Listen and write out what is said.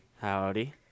Howdy